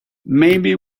maybe